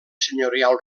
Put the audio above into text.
senyorial